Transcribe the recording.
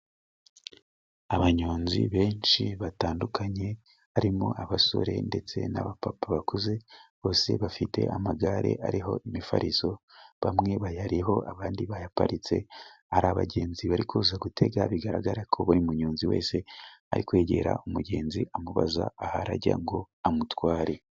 Abanyonzi benshi batandukanye， harimo abasore ndetse n'abapapa bakuze，bose bafite amagare ariho imifariso， bamwe bayariho， abandi bayaparitse，hari abagenzi bari kuza gutega， bigaragara ko buri munyonzi wese， ari kwegera umugenzi amubaza aho arajya ngo amutware.